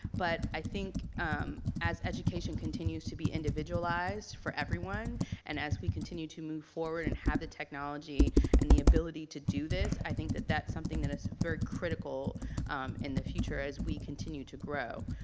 but i think as education continues to be individualized for everyone and as we continue to move forward and have the technology and the ability to do this, i think that that's something that is very critical in the future as we continue to grow.